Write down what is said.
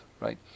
Right